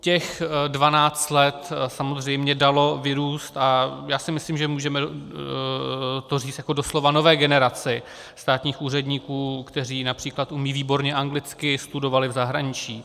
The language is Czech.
Těch 12 let samozřejmě dalo vyrůst, a já si myslím, že můžeme to říct doslova, nové generaci státních úředníků, kteří např. umějí výborně anglicky, studovali v zahraničí.